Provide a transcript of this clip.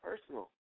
personal